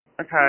okay